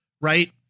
Right